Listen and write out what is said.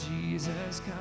Jesus